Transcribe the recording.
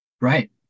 Right